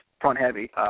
front-heavy